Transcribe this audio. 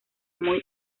muy